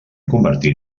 convertit